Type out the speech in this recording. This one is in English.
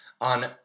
on